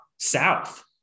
south